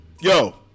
Yo